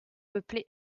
peuplé